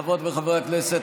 חברות וחברי הכנסת,